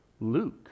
Luke